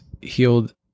healed